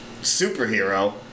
superhero